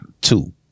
Two